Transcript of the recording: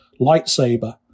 lightsaber